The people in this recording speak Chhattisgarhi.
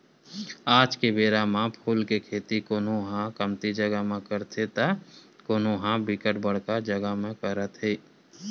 आज के बेरा म फूल के खेती कोनो ह कमती जगा म करथे त कोनो ह बिकट बड़का जगा म करत हे